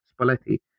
Spalletti